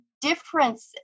difference